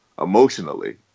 emotionally